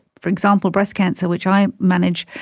for example, breast cancer, which i manage,